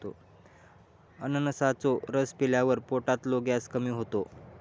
अननसाचो रस पिल्यावर पोटातलो गॅस कमी होता